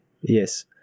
Yes